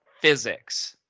physics